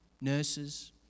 nurses